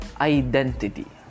identity